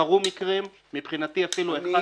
קרו מקרים, מבחינתי אפילו אחד לא צריך לקרות.